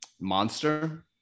Monster